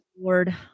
Lord